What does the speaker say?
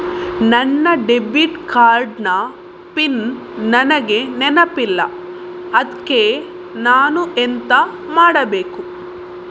ನನ್ನ debit card ನ PIN ನನಗೆ ನೆನಪಿಲ್ಲ ಅದ್ಕೆ ನಾನು ಎಂತ ಮಾಡಬೇಕು?